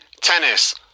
tennis